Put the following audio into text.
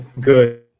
good